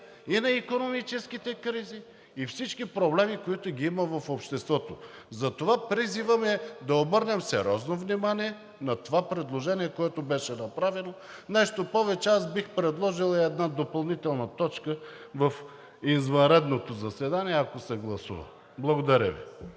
и на икономическите кризи и всички проблеми, които ги има в обществото. Затова призивът ми е да обърнем сериозно внимание на това предложение, което беше направено. Нещо повече, аз бих предложил и една допълнителна точка в извънредното заседание, ако се гласува. Благодаря Ви.